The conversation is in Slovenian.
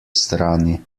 strani